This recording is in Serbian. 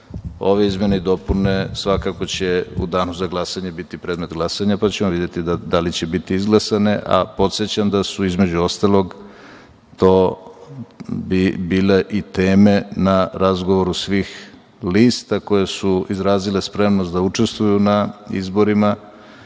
ove izmene i dopune svakako će u Danu za glasanje biti predmet glasanja, pa ćemo videti da li će biti izglasane. Podsećam da su, između ostalog, to bile i teme na razgovoru svih lista koje su izrazile spremnost da učestvuju na izborima